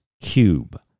cube